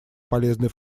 полезный